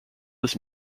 his